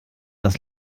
das